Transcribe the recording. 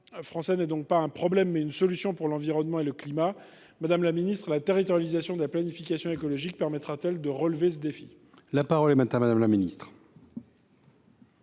français est non pas un problème, mais une solution pour l’environnement et le climat. Madame la ministre, la territorialisation de la planification écologique permettra t elle de relever ce défi ? La parole est à Mme la ministre